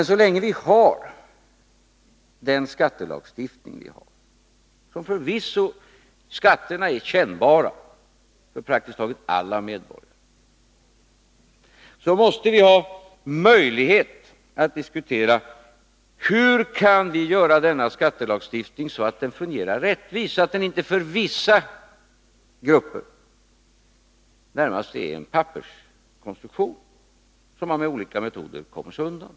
Men så länge vi har den skattelagstiftning vi har — skatterna är förvisso kännbara för praktiskt taget alla medborgare — så måste vi ha möjlighet att diskutera hur vi kan få denna skattelagstiftning att fungera rättvist så att den inte för vissa grupper närmast är en papperskonstruktion som man med olika metoder kommer undan.